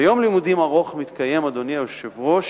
ויום לימודים ארוך מתקיים, אדוני היושב-ראש,